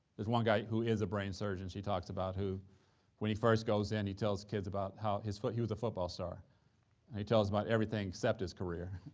there's one guy who is a brain surgeon, she talks about, who when he first goes in and he tells kids about how his foot he was a football star, and he tells about everything except his career,